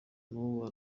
nubu